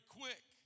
quick